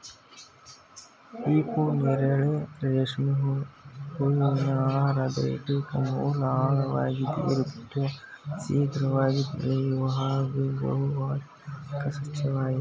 ಹಿಪ್ಪುನೇರಳೆ ರೇಷ್ಮೆ ಹುಳುವಿನ ಆಹಾರದ ಏಕೈಕ ಮೂಲ ಆಳವಾಗಿ ಬೇರು ಬಿಡುವ ಶೀಘ್ರವಾಗಿ ಬೆಳೆಯುವ ಹಾಗೂ ಬಹುವಾರ್ಷಿಕ ಸಸ್ಯವಾಗಯ್ತೆ